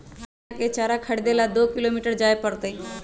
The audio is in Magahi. रोहिणीया के चारा खरीदे ला दो किलोमीटर जाय पड़लय